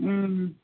ம் ம்